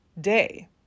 day